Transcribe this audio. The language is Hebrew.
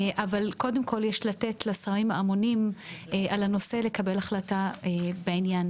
אבל קודם כל יש לתת לשרים האמונים על הנושא לקבל החלטה בעניין.